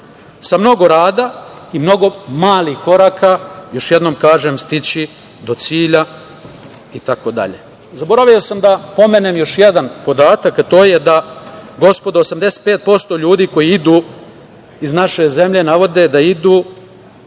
Sa mnogo rada i sa mnogo malih koraka, još jednom kažem, stići do cilja itd. Zaboravio sam da pomenem još jedan podatak, a to je da, gospodo, 85% ljudi koji idu iz naše zemlje, navode da idu